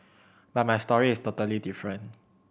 but my story is totally different